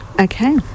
Okay